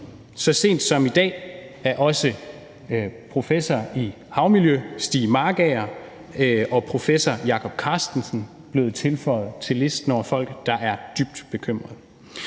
Så sent som i dag er også professor i havmiljø Stig Markager og professor Jacob Carstensen blevet tilføjet til listen over folk, der er dybt bekymrede.